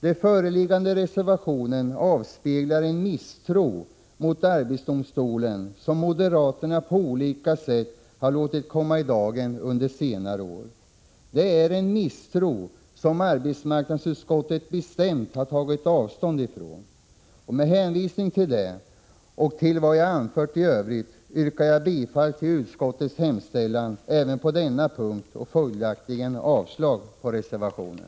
Den föreliggande reservationen avspeglar en misstro mot arbetsdomstolen som moderaterna på olika sätt har låtit komma i dagen under senare år. Det är en misstro som arbetsmarknadsutskottet bestämt har tagit avstånd ifrån. Med hänvisning till det och till vad jag anfört i övrigt yrkar jag bifall till utskottets hemställan även på denna punkt och följaktligen avslag på reservationen.